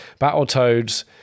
Battletoads